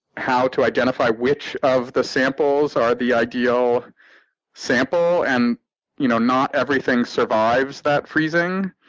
how to identify which of the samples are the ideal sample, and you know not everything survives that freezing.